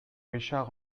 richard